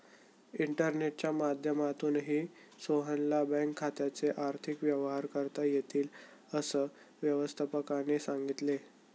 इंटरनेटच्या माध्यमातूनही सोहनला बँक खात्याचे आर्थिक व्यवहार करता येतील, असं व्यवस्थापकाने सांगितले